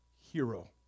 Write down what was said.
hero